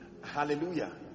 hallelujah